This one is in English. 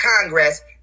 Congress